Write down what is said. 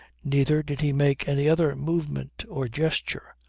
neither did he make any other movement or gesture.